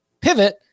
pivot